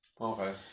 Okay